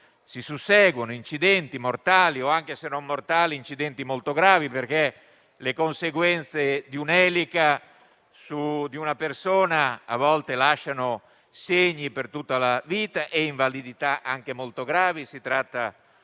si susseguono incidenti mortali o anche, se non mortali, molto gravi, perché l'impatto di un'elica su una persona a volte lascia segni per tutta la vita e invalidità anche molto gravi.